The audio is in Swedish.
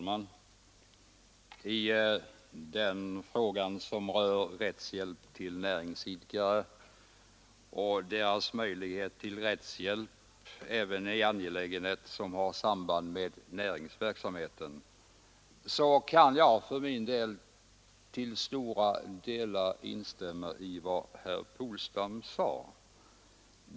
Herr talman! I frågan om rättshjälp till näringsidkare även i angelägenhet som har samband med näringsverksamheten kan jag för min del till stora delar instämma i vad herr Polstam sade.